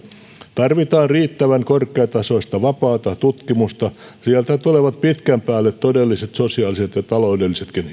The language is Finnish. tarvitaan riittävän korkeatasoista vapaata tutkimusta sieltä tulevat pitkän päälle todelliset sosiaaliset ja taloudellisetkin